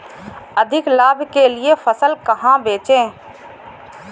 अधिक लाभ के लिए फसल कहाँ बेचें?